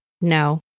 no